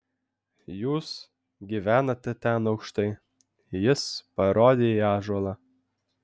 jūs gyvenate ten aukštai jis parodė į ąžuolą